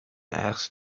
asked